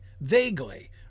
Vaguely